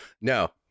No